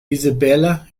isabella